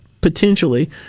potentially